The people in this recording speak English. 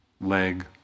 leg